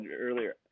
earlier